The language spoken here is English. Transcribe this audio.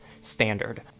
standard